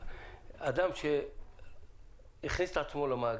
אדם שהכניס את עצמו למאגר,